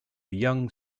young